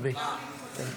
דברי, תמשיכי.